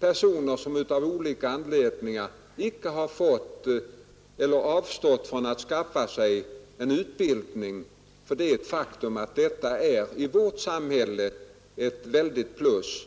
personer som av olika anledningar icke har fått eller avstått från att skaffa sig en utbildning. Det är ett faktum att utbildning i vårt samhälle är ett väldigt plus.